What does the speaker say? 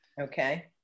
Okay